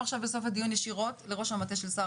בסוף הדיון ישירות לראש המטה של שר